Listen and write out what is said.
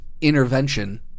intervention